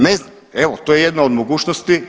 Ne znam, evo to je jedna od mogućnosti.